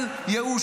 --- אל ייאוש,